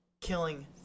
killing